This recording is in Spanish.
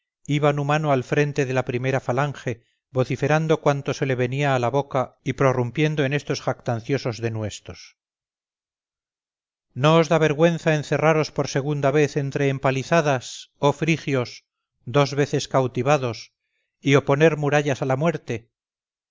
iba numano al frente de la primera falange vociferando cuanto se le venía a la boca y prorrumpiendo en estos jactanciosos denuestos no os da vergüenza encerraros por segunda vez entre empalizadas oh frigios dos veces cautivados y oponer murallas a la muerte